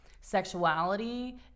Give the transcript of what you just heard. sexuality